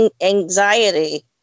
anxiety